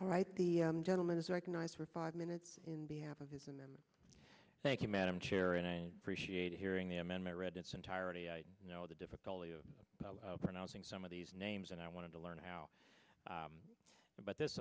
right the gentleman is recognized for five minutes in behalf of his and them thank you madam chair and i appreciate hearing the amendment read its entirety i know the difficulty of pronouncing some of these names and i wanted to learn how but this